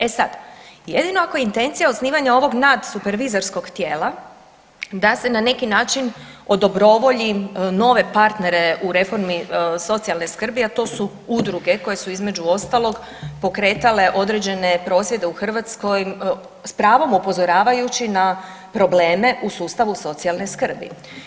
E sad, jedino ako je intencija osnivanje ovog nadsupervizorskog tijela da se na neki način odobrovolji nove partnere u reformi socijalne skrbi, a to su udruge koje su između ostalog pokretale određene prosvjede u Hrvatskoj s pravom upozoravajući na probleme u sustavu socijalne skrbi.